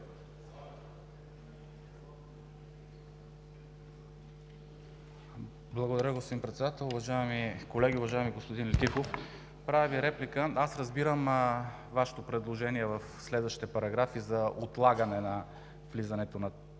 Благодаря, господин Председател! Уважаеми колеги! Уважаеми господин Летифов, правя Ви реплика. Аз разбирам Вашето предложение в следващите параграфи за отлагане на влизането на